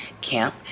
camp